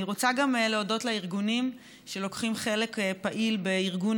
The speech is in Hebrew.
אני רוצה להודות גם לארגונים שלוקחים חלק פעיל בארגון